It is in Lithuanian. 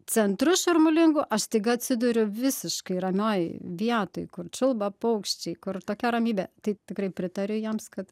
centru šurmulingu aš staiga atsiduriu visiškai ramioj vietoj kur čiulba paukščiai kur tokia ramybė tai tikrai pritariu jiems kad